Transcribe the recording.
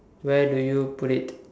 where do you put it